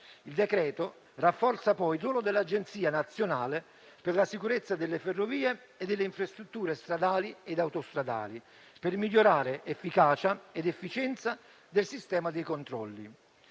Il decreto rafforza, poi, il ruolo dell'Agenzia nazionale per la sicurezza delle ferrovie e delle infrastrutture stradali e autostradali, per migliorare efficacia ed efficienza del sistema dei controlli.